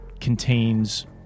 contains